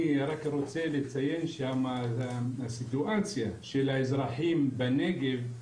אני רק רוצה לציין שהסיטואציה של האזרחים בנגב,